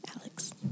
Alex